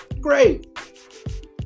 Great